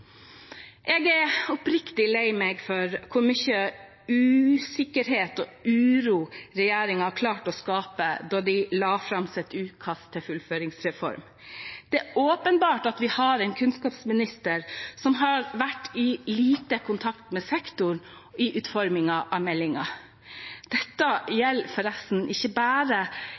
Jeg er oppriktig lei meg for hvor mye usikkerhet og uro regjeringen klarte å skape da de la fram sitt utkast til fullføringsreform. Det er åpenbart at vi har en kunnskapsminister som har vært lite i kontakt med sektoren i utformingen av meldingen. Dette gjelder forresten ikke bare